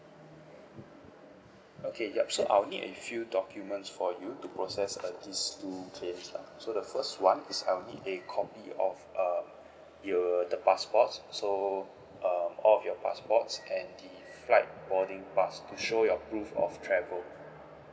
okay yup so I will need a few documents for you to process uh these two claims lah so the first one is I'll need a copy of um your the passports so um all of your passports and the flight boarding pass to show your proof of travel